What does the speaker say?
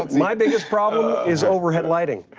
ah my biggest problem is overhead lighting.